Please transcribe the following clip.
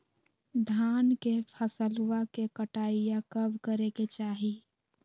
धान के फसलवा के कटाईया कब करे के चाही?